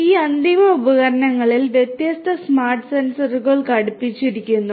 ഈ അന്തിമ ഉപകരണങ്ങളിൽ വ്യത്യസ്ത സ്മാർട്ട് സെൻസറുകൾ ഘടിപ്പിച്ചിരിക്കുന്നു